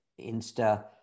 Insta